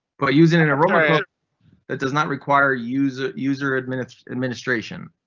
by using an aroma that does not require user user administer administration.